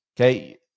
Okay